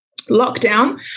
lockdown